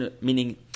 Meaning